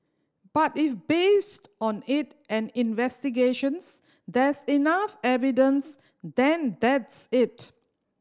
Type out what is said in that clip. but if based on it and investigations there's enough evidence then that's it